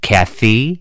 Kathy